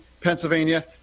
Pennsylvania